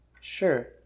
Sure